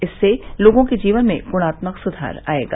इससे लोगों के जीवन में गुणात्मक सुधार आयेगा